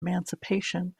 emancipation